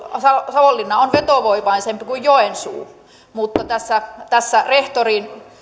savonlinna on vetovoimaisempi kuin joensuu vaan tässä